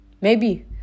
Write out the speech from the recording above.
Maybe